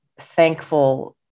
thankful